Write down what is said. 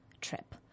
trip